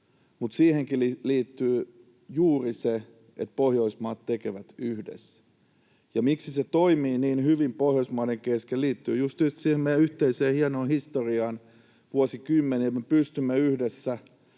mutta siihenkin liittyy juuri se, että Pohjoismaat tekevät yhdessä. Ja se, miksi tämä toimii niin hyvin Pohjoismaiden kesken, liittyy just nyt siihen meidän yhteiseen hienoon historiaan vuosikymmeniltä. Me pystymme yhdessä